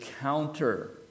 counter